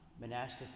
monastic